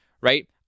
right